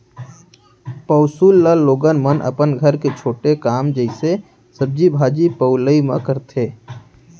पौंसुल ल लोगन मन अपन घर के छोटे काम जइसे सब्जी भाजी पउलई म करथे